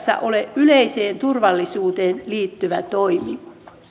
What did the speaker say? ole yleiseen turvallisuuteen liittyvä toimi